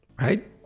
right